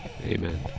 Amen